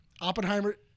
Oppenheimer